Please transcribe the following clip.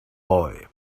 boy